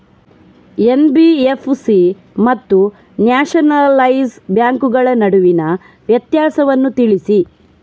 NBFC ಮತ್ತು nationalise ಬ್ಯಾಂಕುಗಳ ನಡುವಿನ ವ್ಯತ್ಯಾಸವನ್ನು ತಿಳಿಸಿ?